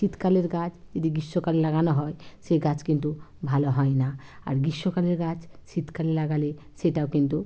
শীতকালের গাছ যদি গ্রীষ্মকালে লাগানো হয় সে গাছ কিন্তু ভালো হয় না আর গ্রীষ্মকালের গাছ শীতকালে লাগালে সেটাও কিন্তু